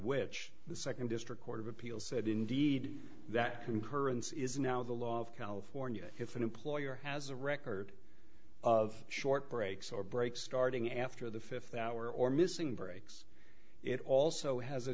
which the second district court of appeal said indeed that concurrence is now the law of california if an employer has a record of short breaks or breaks starting after the fifth hour or missing breaks it also has a